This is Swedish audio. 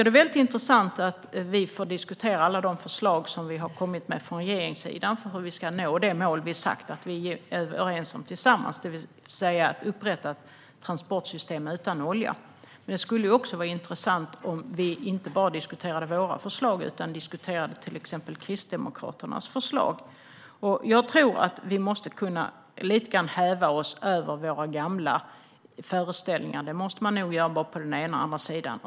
Det är mycket intressant att vi får diskutera alla förslag som vi har kommit med från regeringssidan om hur vi ska nå det mål som vi är överens om, det vill säga att upprätta ett transportsystem utan olja. Det skulle också vara intressant om vi inte bara diskuterade våra förslag utan även diskuterade till exempel Kristdemokraternas förslag. Jag tror att vi lite grann måste kunna häva oss över våra gamla föreställningar. Det måste man nog göra både på den ena och på den andra sidan.